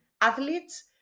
athletes